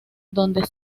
donde